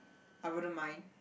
I wouldn't mind